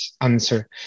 answer